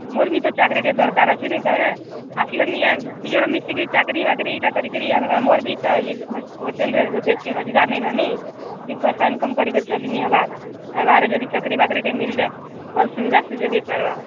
ମୋର ବି ତ ଚାକିରୀଟିଏ ଦରକାର ଅଛି ନାଇଁ ତ ଇଏ ଆସିଲାନି ଯେ ଦୁଇଜଣ ମିଶିକି ଚାକିରୀ ବାକିରି ଏଇଟା କରିକିରି ଆମେ ବି ମୋର ବି ତ ଇଏ ଇଏ ହୋଟେଲ୍ରେ ବେଶୀ ରୋଜଗାର ନାହିଁ ଦିପଇସା ଇନକମ୍ କରିକି ଚଳିବି ହେବାର ତ ହେବାର ଯଦି ଚାକିରୀ ବାକିରିଟେ ମିଲିଲେ ଭଲ ସୁବିଧା ସୁଯୋଗ ହୋଇପାରିବ